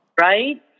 Right